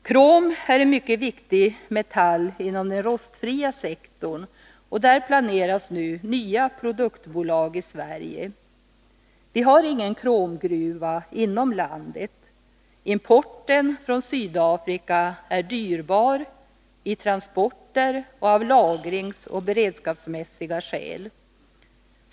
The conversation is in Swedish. Krom är en mycket viktig metall inom den rostfria sektorn. Där planeras nu nya produktbolag i Sverige. Vi har ingen kromgruva inom landet. Importen från Sydafrika är dyrbar i transporter och av lagringsoch beredskapsmässiga skäl.